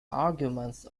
arguments